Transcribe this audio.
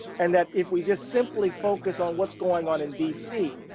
and that if we just simply focus on what's going on in dc,